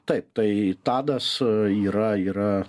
taip tai tadas yra yra